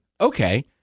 okay